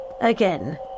again